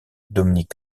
dominique